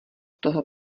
toho